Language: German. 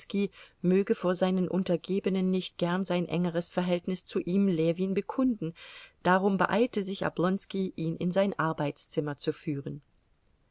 möge vor seinen untergebenen nicht gern sein engeres verhältnis zu ihm ljewin bekunden darum beeilte sich oblonski ihn in sein arbeitszimmer zu führen